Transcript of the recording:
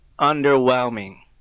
underwhelming